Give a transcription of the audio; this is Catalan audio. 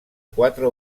quatre